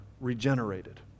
regenerated